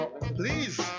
Please